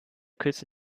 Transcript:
küste